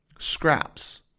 scraps